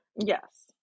Yes